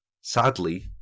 Sadly